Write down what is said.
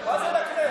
מה זה לכנסת?